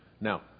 Now